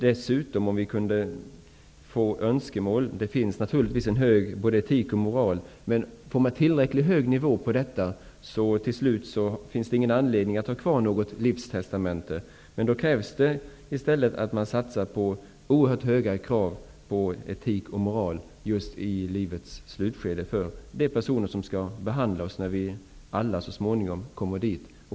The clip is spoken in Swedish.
Det finns naturligtvis både etik och moral på hög nivå, men kan man uppnå en tillräckligt hög nivå på etiken och moralen, finns det till slut ingen anledning att behålla något livstestamente. Men då krävs att man ställer oerhört höga krav på etik och moral hos de personer som skall behandla oss i livets slutskede, när vi så småningom kommer dit.